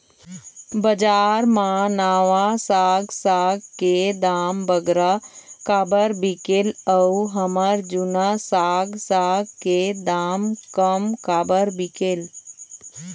बजार मा नावा साग साग के दाम बगरा काबर बिकेल अऊ हमर जूना साग साग के दाम कम काबर बिकेल?